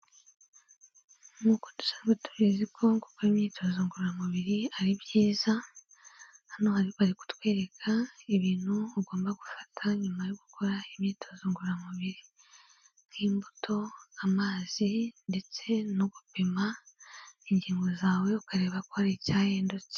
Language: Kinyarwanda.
Nk'uko dusanzwe tubizi ko gukora imyitozo ngororamubiri ari byiza, hano bari kutwereka ibintu ugomba gufata nyuma yo gukora imyitozo ngororamubiri. Nk'imbuto, amazi ndetse no gupima ingingo zawe ukareba ko hari icyahindutse.